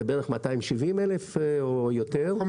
זה בערך 270 אלף או יותר.